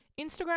Instagram